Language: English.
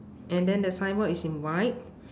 and then the signboard is in white